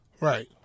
Right